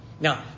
Now